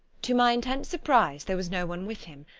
to my intense surprise, there was no one with him.